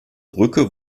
brücke